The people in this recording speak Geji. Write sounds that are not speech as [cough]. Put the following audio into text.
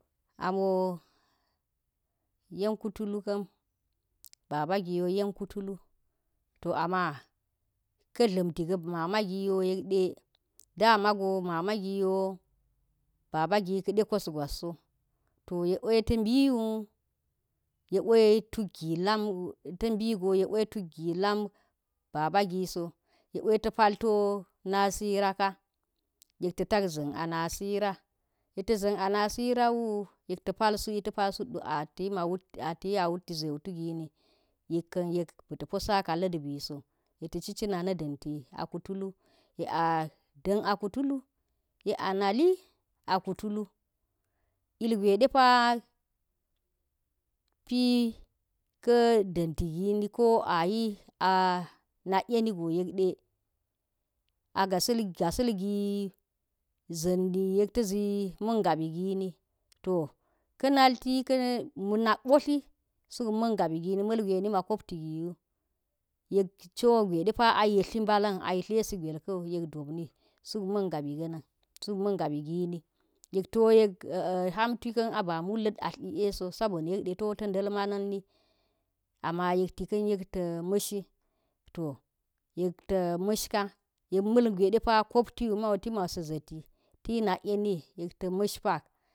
A mo yen kufulun ka̱n babagiwo yen kutulu to amaka tlam ta̱ ga̱ mamagi wo yek de [unintelligible] kos gwaso to ye kwaita mbi woo ye kwai tukai gi lam mbi go ye kwai tuk gi lam babagiso ye kwai ta̱ pal to nasira ka yek ta̱ zan a na sira yek ta zan a na sira yek ta zan a nasira wuwunti ze wutu gini yekk kan yen bita posaka lat biso ye taci cina na danti a kutufu, yek a dantii a kutulu, yek a dan a kufulu yek a nali a kuku tulu, ilgwe depa pi ka̱ dan ti gini, ko a yi anag eini go yek de a gasil gasa̱l gi zandi yek ta zi man gabi gini to ka̱ nalti a ma̱nak botli suk man gabi gini mal gwe mmima kopti giwo co gwe depa a yetli mbalin a yitlesi gwail kawu yek dopni suk min gabi ga̱ na̱n suk man gabi gini [hesitation] ham ti ka̱n bi a mulli atla i e so nak de to ta̱ nda̱l manani yek ta ma̱ shi to yek to ma̱sh ka gwedepo koptiuman ti man sa̱ zati tayi nak emi yek ta mashi. [unintelligible]